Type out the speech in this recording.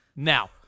Now